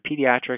Pediatrics